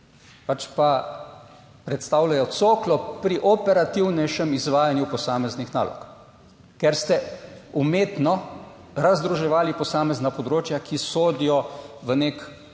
pač pa predstavljajo coklo pri operativnejšem izvajanju posameznih nalog, ker ste umetno razdruževali posamezna področja, ki sodijo v nek